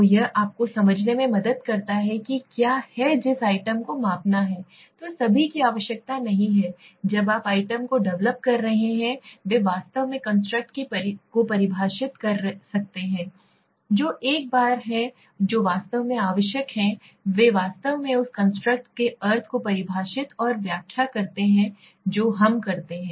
तो यह आपको समझने में मदद करता है कि क्या है जिस आइटम को मापना है तो सभी की आवश्यकता नहीं है जब आप आइटम को डेवलप कर रहे हैं वे वास्तव में कंस्ट्रक्ट को परिभाषित नहीं कर सकते हैं जो एक बार हैं जो वास्तव में आवश्यक हैं और वे वास्तव में उस कंस्ट्रक्ट के अर्थ को परिभाषित और व्याख्या करते हैं जो हम करते हैं